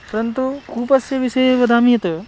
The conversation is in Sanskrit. परन्तु कूपस्य विषये वदामि यत्